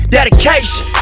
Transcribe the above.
Dedication